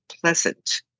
Pleasant